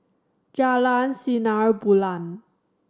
Jalan Sinar Bulan